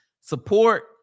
support